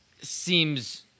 seems